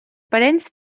parents